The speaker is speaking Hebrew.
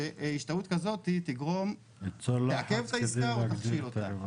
שהשתהות כזו תעכב את העסקה או תכשיל אותה.